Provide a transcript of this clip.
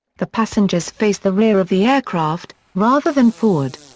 the passengers face the rear of the aircraft, rather than forward.